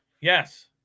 Yes